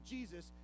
Jesus